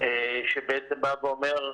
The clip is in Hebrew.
שבעצם אומר: